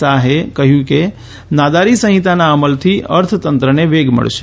સાહએ કહ્યું કે નાદારી સંહિતાના અમલથી અર્થતંત્રને વેગ મળશે